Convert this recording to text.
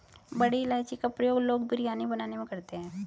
बड़ी इलायची का प्रयोग लोग बिरयानी बनाने में करते हैं